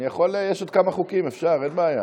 תם סדר-היום.